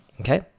okay